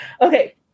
okay